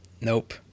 Nope